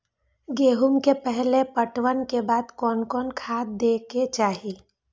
गेहूं के पहला पटवन के बाद कोन कौन खाद दे के चाहिए?